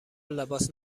لباس